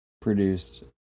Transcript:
produced